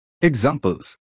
Examples